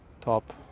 top